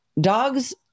dogs